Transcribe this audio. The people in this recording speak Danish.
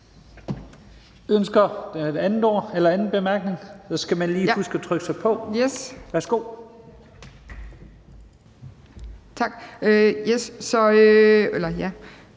Ønsker man en anden kort bemærkning? Så skal man lige huske at trykke sig ind. Værsgo.